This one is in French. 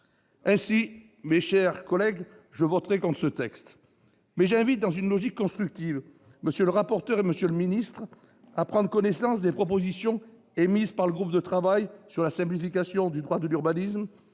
Ainsi, mes chers collègues, je voterai contre ce texte, mais, dans une logique constructive, j'invite M. le rapporteur et M. le secrétaire d'État à prendre connaissance des propositions faites par le groupe de travail sur la simplification législative du droit de l'urbanisme,